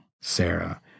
Sarah